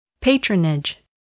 Patronage